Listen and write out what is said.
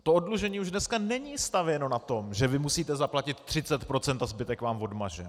To oddlužení už dneska není stavěno na tom, že vy musíte zaplatit 30 procent a zbytek vám odmažeme.